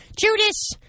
Judas